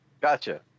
Gotcha